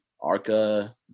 arca